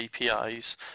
APIs